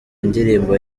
indirimbo